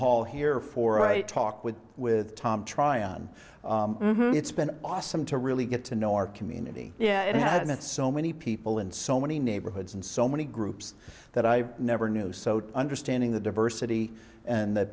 hall here for i talked with with tom try on it's been awesome to really get to know our community yeah that's so many people in so many neighborhoods and so many groups that i never knew so to understanding the diversity and the